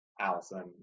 Allison